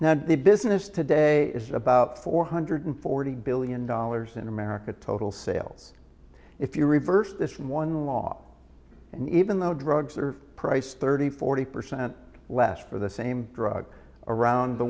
the business today is about four hundred forty billion dollars in america total sales if you reverse this one law and even though drugs are priced thirty forty percent less for the same drug around the